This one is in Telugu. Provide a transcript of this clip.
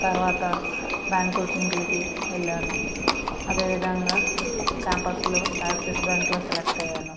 తరువాత బ్యాంక్ కోచింగ్లకి వెళ్ళాను అదేవిధంగా క్యాంపస్లో యాక్సిస్ బ్యాంక్లో సెలెక్ట్ అయ్యాను